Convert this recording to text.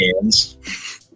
hands